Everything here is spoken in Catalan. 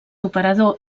operador